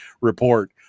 report